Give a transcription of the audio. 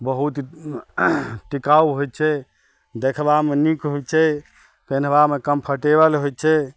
बहुत टिकाउ होइ छै देखबामे नीक होइ छै पेन्हबामे कम्फर्टेबल होइ छै